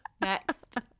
Next